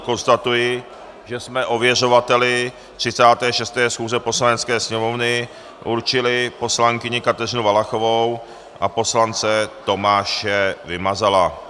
Konstatuji, že jsme ověřovateli 36. schůze Poslanecké sněmovny určili poslankyni Kateřinu Valachovou a poslance Tomáše Vymazala.